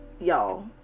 y'all